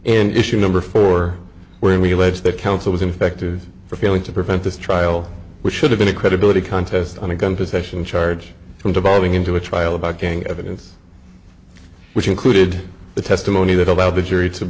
and issue number four where in the ledge that counsel was infected for failing to prevent this trial which should have been a credibility contest on a gun possession charge from devolving into a trial about gang evidence which included the testimony that allowed the jury to